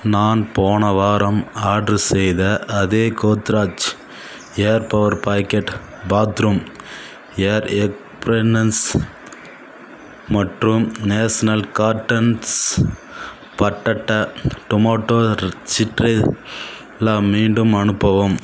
நான் போன வாரம் ஆட்ரு செய்த அதே Godrej air power pocket bathroom air air freshener மற்றும் நேஷனல் கார்டன்ஸ் பாட்டட்ட டொமோட்டோ சிட்ரு லா மீண்டும் அனுப்பவும்